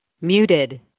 Muted